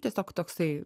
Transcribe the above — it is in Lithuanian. tiesiog toksai